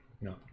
no